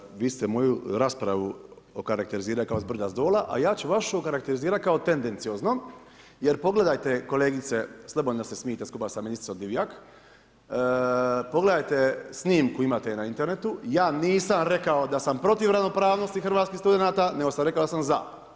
Kolegice, vi ste moju raspravu okarakterizirali kao zbrda-zdola, a ja ću vašu okarakterizirati kao tendencioznom jer pogledajte kolegice, slobodno se smijte skupa sa ministricom Divjak, pogledajte snimku, imate ju na internetu, ja nisam rekao da sam protiv ravnopravnosti hrvatskih studenata nego sam rekao da sam za.